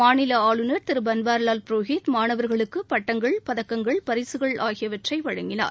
மாநில அளுநர் திரு பள்வாரிலால் புரோஹித் மாணவர்களுக்கு பட்டங்கள் பதக்கங்கள் பரிசுகள் ஆகியவற்றை வழங்கினார்